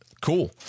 Cool